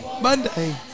Monday –